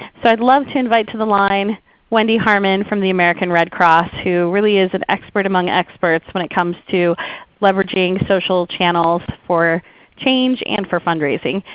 so i'd love to invite to the line wendy harman from the american red cross who really is an expert among experts when it comes to leveraging social channels for change, and for fundraising.